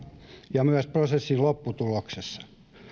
ja myös prosessin lopputuloksessa